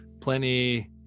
plenty